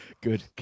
Good